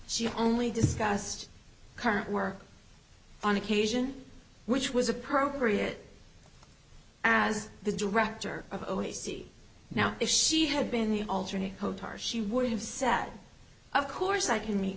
she only discussed current work on occasion which was appropriate as the director of o e c d now if she had been the alternate co tar she would have said of course i can meet